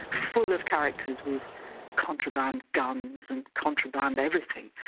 full of characters with contraband guns and contraband everything.